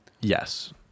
yes